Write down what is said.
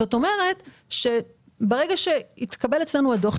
זאת אומרת שברגע שהתקבל אצלנו הדוח,